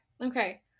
Okay